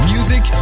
Music